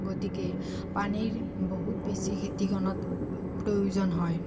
গতিকে পানীৰ বহুত বেছি খেতিখনত প্ৰয়োজন হয়